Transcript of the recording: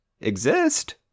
exist